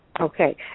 Okay